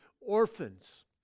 orphans